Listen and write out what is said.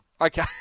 Okay